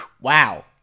Wow